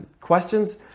questions